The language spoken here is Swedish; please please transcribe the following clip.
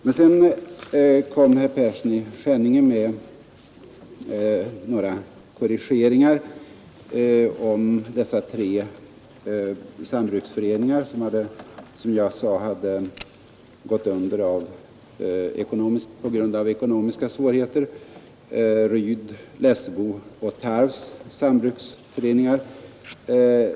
Men sedan gjorde herr Persson i Skänninge en korrigering när det gäller de sambruksföreningar som jag sade hade gått under på grund av ekonomiska svårigheter: Ryds, Lessebo och Tarvs sambruksföreningar.